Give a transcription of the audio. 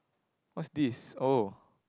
what's this oh